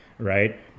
right